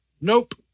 Nope